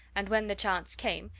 and when the chance came,